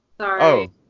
Sorry